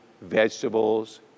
vegetables